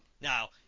Now